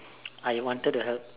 I wanted to help